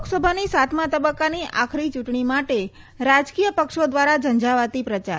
લોકસભાની સાતમા તબક્કાના આખરી ચૂંટણી માટે રાજકીય પક્ષો દ્વારા ઝંઝાવાતી પ્રચાર